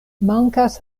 mankas